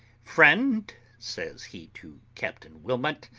friend, says he to captain wilmot,